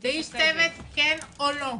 זה איש צוות כן או לא.